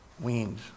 weaned